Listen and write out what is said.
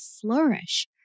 flourish